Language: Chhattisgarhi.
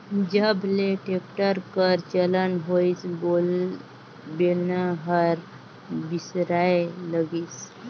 जब ले टेक्टर कर चलन होइस बेलना हर बिसराय लगिस